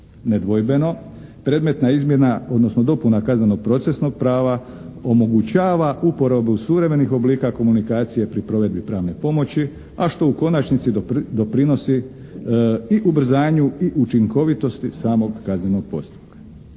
Nedvojbeno predmetna izmjena odnosno dopuna kaznenog procesnog prava omogućava uporabu suvremenih oblika komunikacije pri provedbi pravne pomoći, a što u konačnici doprinosi i ubrzanju i učinkovitosti samog kaznenog postupka.